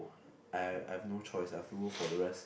I I've no choice I have to go for the rest